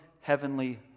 heavenly